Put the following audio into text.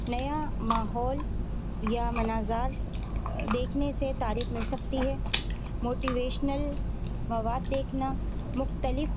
نیا ماحول یا مناظر دیکھنے سے تاریخ مل سکتی ہے موٹیویشنل مواد دیکھنا مختلف